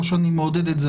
לא שאני מעודד את זה,